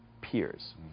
peers